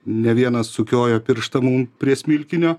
ne vienas sukiojo pirštą mum prie smilkinio